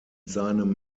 seinem